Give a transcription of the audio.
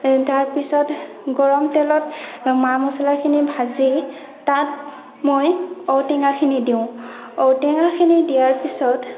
তাৰ পিছত গৰম তেলত মা মছলাখিনি ভাজি তাত মই ঔটেঙাখিনি দিওঁ ঔটেঙাখিনি দিয়াৰ পিছত